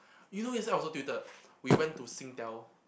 you know yesterday I was so tilted we went to Singtel